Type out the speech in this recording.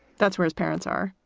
that's where his parents are.